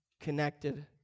connected